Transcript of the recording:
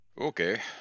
Okay